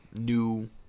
new